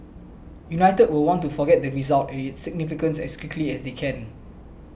united will want to forget the result and its significance as quickly as they can